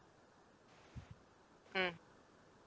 mm